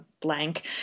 blank